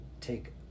take